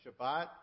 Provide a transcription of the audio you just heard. Shabbat